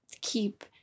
keep